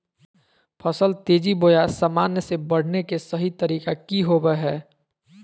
फसल तेजी बोया सामान्य से बढने के सहि तरीका कि होवय हैय?